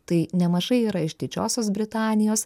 tai nemažai yra iš didžiosios britanijos